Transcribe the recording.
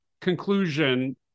conclusion